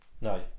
No